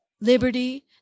liberty